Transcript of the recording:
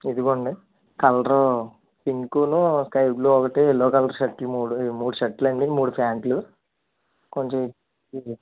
ఇదుగోండి colour పింకూనూ sky blue ఒకటి yellow colour shirt మూడు ఈ మూడు షర్ట్లండి మూడు ప్యాంట్లు కొంచెం